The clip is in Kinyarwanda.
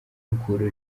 mukura